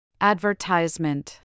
advertisement